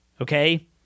Okay